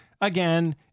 again